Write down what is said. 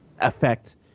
affect